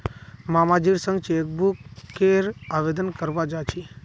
मामाजीर संग चेकबुकेर आवेदन करवा जा छि